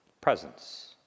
presence